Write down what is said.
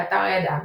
באתר הידען.